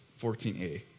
14a